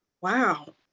wow